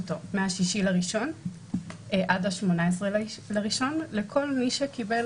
אחד --- למרות שזה לכאורה אנטיגן שנעשה במקום העבודה או שזה אנטיגן